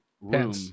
room